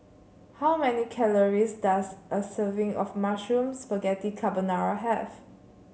how many calories does a serving of Mushroom Spaghetti Carbonara have